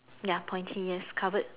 ya pointy covered